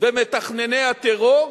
ומתכנני הטרור,